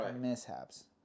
mishaps